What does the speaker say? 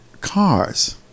cars